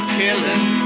killing